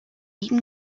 eton